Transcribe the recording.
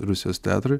rusijos teatrui